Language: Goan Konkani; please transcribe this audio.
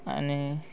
आनी